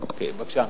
בבקשה.